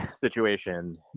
situation